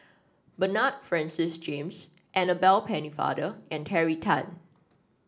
Bernard Francis James Annabel Pennefather and Terry Tan